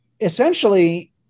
essentially